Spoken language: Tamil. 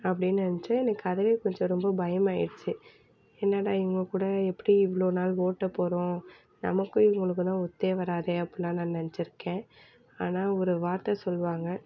அப்படின்னு நினச்சி எனக்கு அதுவே கொஞ்சம் ரொம்ப பயம் ஆகிடுச்சி என்னடா இவங்க கூட எப்படி இவ்வளோ நாள் ஓட்டப் போகிறோம் நமக்கும் இவங்களுக்கும் தான் ஒத்தே வராதே அப்புடில்லாம் நான் நினச்சிருக்கேன் ஆனால் ஒரு வார்த்தை சொல்லுவாங்க